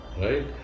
Right